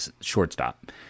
shortstop